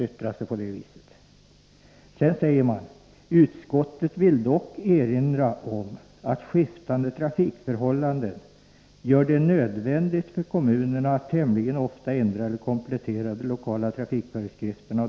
Sedan säger utskottet: ”Utskottet vill dock erinra om att skiftande trafikförhållanden ——— gör det nödvändigt för kommunerna att tämligen ofta ändra eller komplettera de lokala trafikföreskrifterna.